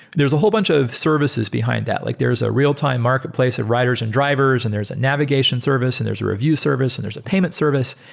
there's a whole bunch of services behind that. like there is a real-time marketplace of writers and drivers and there's a navigation service and there's a review service and there's a payment service.